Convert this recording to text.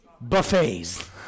Buffets